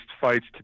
fights